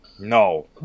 No